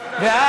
אז